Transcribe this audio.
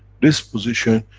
this position,